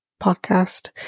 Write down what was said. podcast